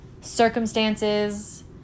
circumstances